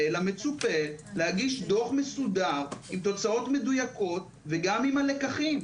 אלא מצופה להגיש דוח מסודר עם תוצאות מדויקות וגם עם הלקחים.